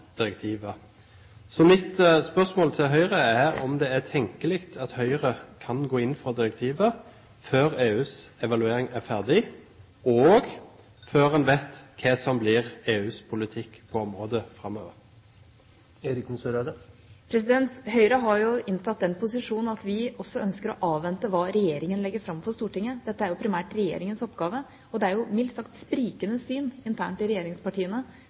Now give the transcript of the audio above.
Mitt spørsmål til Høyre er om det er tenkelig at Høyre kan gå inn for direktivet før EUs evaluering er ferdig, og før man vet hva som blir EUs politikk på området framover. Høyre har inntatt den posisjonen at vi også ønsker å avvente hva regjeringa legger fram for Stortinget. Dette er jo primært regjeringas oppgave, og det er mildt sagt et sprikende syn internt i regjeringspartiene